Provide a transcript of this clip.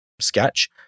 sketch